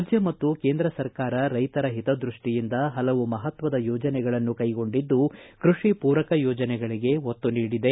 ರಾಜ್ಯ ಮತ್ತು ಕೇಂದ್ರ ಸರ್ಕಾರ ರೈತರ ಹಿತದೃಷ್ಟಿಯಿಂದ ಹಲವು ಮಹತ್ವದ ಯೋಜನೆಗಳನ್ನು ಕೈಗೊಂಡಿದ್ದು ಕೃಷಿ ಪೂರಕ ಯೋಜನೆಗಳಿಗೆ ಒತ್ತು ನೀಡಿದೆ